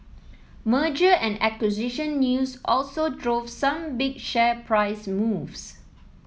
merger and acquisition news also drove some big share price moves